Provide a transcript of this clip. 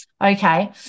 okay